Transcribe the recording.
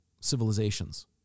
civilizations